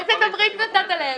איזה תמריץ נתת להם?